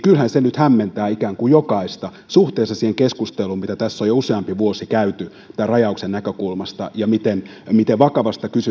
kyllähän se nyt hämmentää ikään kuin jokaista suhteessa siihen keskusteluun mitä tässä on jo useampi vuosi käyty tämän rajauksen näkökulmasta ja miten miten vakavasta